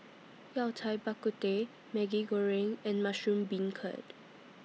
Yao Cai Bak Kut Teh Maggi Goreng and Mushroom Beancurd